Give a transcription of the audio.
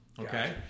okay